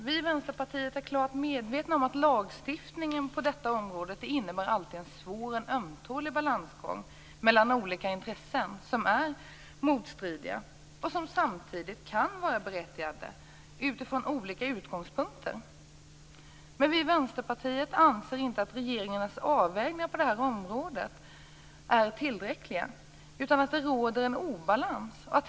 Vi i Vänsterpartiet är klart medvetna om att lagstiftning på detta område alltid innebär ett svår och ömtålig balansgång mellan olika intressen som är motstridiga och som samtidigt kan vara berättigade utifrån olika utgångspunkter. Men vi i Vänsterpartiet anser inte att regeringens avvägningar på det här området är tillräckliga. Det råder en obalans.